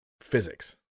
physics